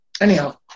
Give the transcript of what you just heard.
anyhow